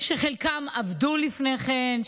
שחלקם עבדו לפני כן,